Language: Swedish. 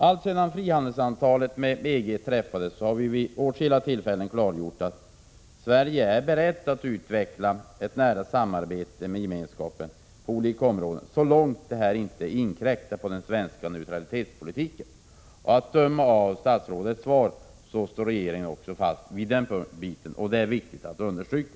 Alltsedan frihandelsavtalet med EG träffades har vi vid åtskilliga tillfällen klargjort att Sverige är berett att på olika områden utveckla ett nära samarbete med Gemenskapen, så långt det inte inkräktar på den svenska neutralitetspolitiken. Att döma av statsrådets svar står regeringen fast vid — Prot. 1986/87:67 detta, och det är viktigt att understryka.